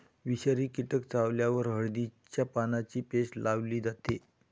विषारी कीटक चावल्यावर हळदीच्या पानांची पेस्ट लावली जाते